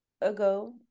ago